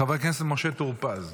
חבר הכנסת משה טור פז.